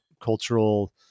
cultural